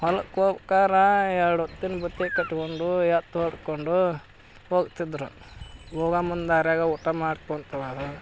ಹೊಲಕ್ಕೆ ಹೋಗ್ಬೇಕಾರ ಎರಡು ಹೊತ್ತಿನ್ ಬುತ್ತಿ ಕಟ್ಟಿಕೊಂಡು ಎತ್ತು ಹೊಡ್ಕೊಂಡು ಹೋಗ್ತಿದ್ದರು ಇವಾಗ ಮುಂದೆ ದಾರಿಯಾಗ ಊಟ ಮಾಡ್ಕೊತ ಹೋಗೋರು